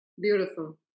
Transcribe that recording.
Beautiful